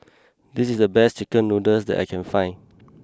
this is the best Chicken Noodles that I can find